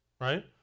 right